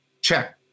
check